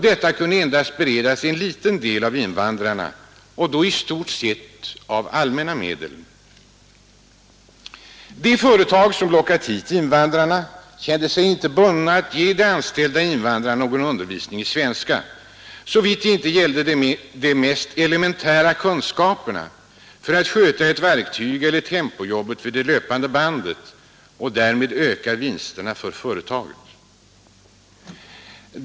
Detta kunde endast beredas en liten del av invandrarna och då i stort sett De företagare som lockat hit invandrarna kände sig inte bundna att ge de anställda invandrarna någon undervisning i svenska, såvida det inte gällde de mest elementära kunskaperna för att de skulle kunna sköta ett verktyg eller tempojobbet vid det löpande bandet och därmed öka vinsterna för företaget.